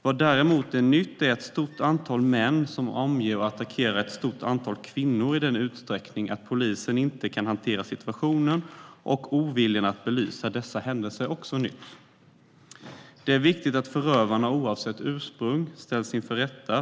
Vad som däremot är nytt är att ett stort antal män omger och attackerar ett stort antal kvinnor i en utsträckning som gör att polisen inte kan hantera situationen. Oviljan att belysa dessa händelser är också något nytt. Det är viktigt att förövarna, oavsett ursprung, ställs inför rätta.